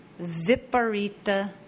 Viparita